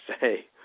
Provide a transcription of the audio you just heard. say